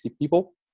people